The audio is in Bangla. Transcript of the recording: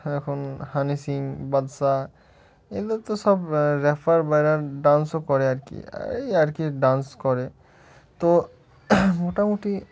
এখন হানি সিং বাদশাহ এগুলো তো সব র্যাপার বা এরা ডান্সও করে আর কি এই আর কি ডান্স করে তো মোটামুটি